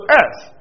earth